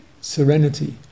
Serenity